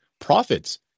Profits